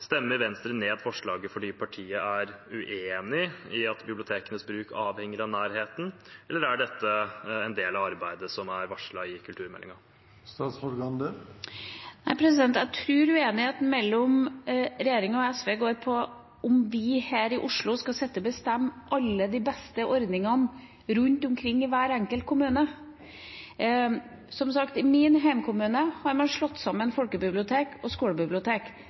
Stemmer Venstre ned forslaget fordi partiet er uenig i at bibliotekenes bruk avhenger av nærheten? Eller er dette en del av arbeidet som er varslet i kulturmeldingen? Jeg tror uenigheten mellom regjeringa og SV dreier seg om hvorvidt vi her i Oslo skal sitte og bestemme alle de beste ordningene rundt omkring i hver enkelt kommune. Som sagt: I min hjemkommune har man slått sammen folkebibliotek og skolebibliotek